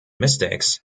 mystics